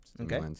Okay